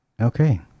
Okay